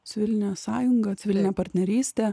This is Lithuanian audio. civilinė sąjunga civilinė partnerystė